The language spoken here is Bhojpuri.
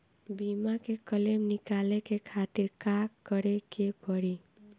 बीमा के क्लेम निकाले के खातिर का करे के पड़ी?